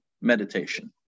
meditation